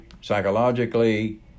psychologically